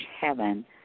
heaven